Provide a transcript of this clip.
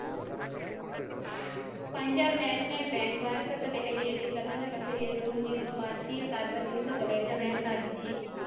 Punjab national bank ಭಾರತದ ದೆಹಲಿಯಲ್ಲಿ ಪ್ರಧಾನ ಕಚೇರಿಯನ್ನು ಹೊಂದಿರುವ ಭಾರತೀಯ ಸಾರ್ವಜನಿಕ ವಲಯದ ಬ್ಯಾಂಕ್ ಆಗಿದೆ